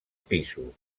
pisos